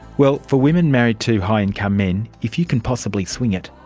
well, for women married to high income men, if you can possibly swing it,